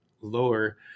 lower